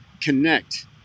connect